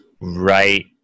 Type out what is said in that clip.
right